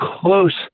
close